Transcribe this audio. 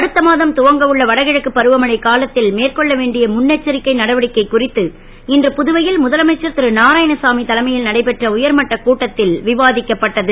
அடுத்த மாதம் துவங்க உள்ள வடகிழக்கு பருவமழை காலத் ல் மேற்கொள்ள வேண்டிய முன்னெச்சரிக்கை நடவடிக்கை குறித்து இன்று புதுவை ல் முதலமைச்சர் நாராயணசாமி தலைமை ல் நடைபெற்ற உயர்மட்ட கூட்டத் ல் ந விவா க்கப்பட்டது